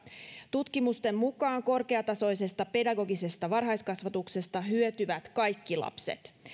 tutkimusten mukaan korkeatasoisesta pedagogisesta varhaiskasvatuksesta hyötyvät kaikki lapset